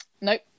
nope